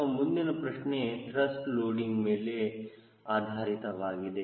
ನಮ್ಮ ಮುಂದಿನ ಪ್ರಶ್ನೆ ತ್ರಸ್ಟ್ ಲೋಡಿಂಗ್ ಮೇಲೆ ಆಧಾರಿತವಾಗಿದೆ